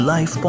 Life